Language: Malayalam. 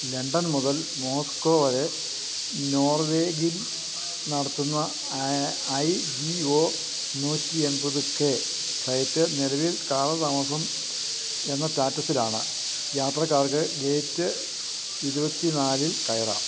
ലണ്ടൻ മുതൽ മോസ്കോ വരെ നോർവേഗിൽ നടത്തുന്ന ഐ ജി ഒ നൂറ്റി എൺപത് കെ ഫ്ലൈറ്റ് നിലവിൽ കാലതാമസം എന്ന സ്റ്റാറ്റസിലാണ് യാത്രക്കാർക്ക് ഗേറ്റ് ഇരുപത്തിനാലിൽ കയറാം